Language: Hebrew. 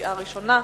קריאה ראשונה.